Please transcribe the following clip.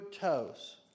toes